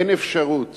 אין אפשרות